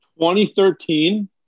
2013